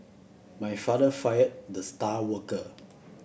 my father fired the star worker